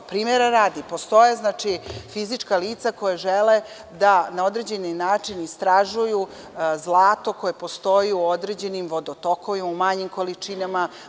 Primera radi postoje fizička lica koja žele da na određeni način istražuju zlato koje postoji u određenim vodotokovima u manjim količinama.